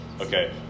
Okay